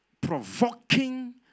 provoking